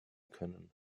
können